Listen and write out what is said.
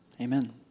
Amen